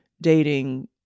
dating